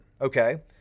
Okay